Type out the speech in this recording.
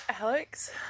Alex